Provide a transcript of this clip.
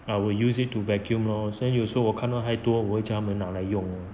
I will use it to vacuum lor then 有时候我看到太多我会叫他们拿来用